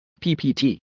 PPT